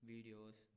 Videos